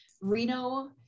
Reno